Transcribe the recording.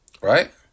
Right